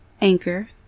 Anchor